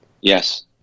Yes